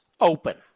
open